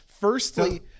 Firstly